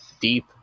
deep